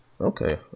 okay